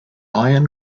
iron